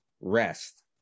rest